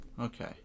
Okay